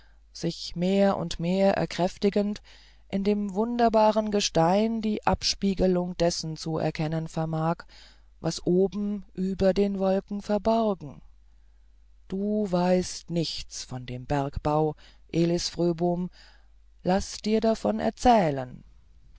sich mehr und mehr erkräftigend in dem wunderbaren gestein die abspieglung dessen zu erkennen vermag was oben über den wolken verborgen du weißt nichts von dem bergbau elis fröbom laß dir davon erzählen